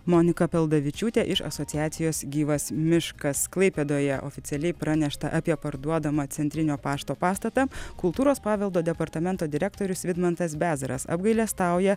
monika paldavičiūtė iš asociacijos gyvas miškas klaipėdoje oficialiai pranešta apie parduodamą centrinio pašto pastatą kultūros paveldo departamento direktorius vidmantas bezaras apgailestauja